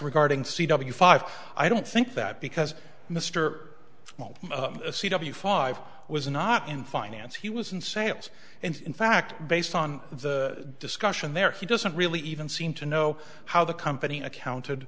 regarding c w five i don't think that because mr small a c w five was not in finance he was in sales and in fact based on the discussion there he doesn't really even seem to know how the company accounted